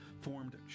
formed